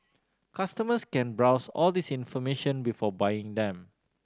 customers can browse all this information before buying them